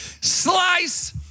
Slice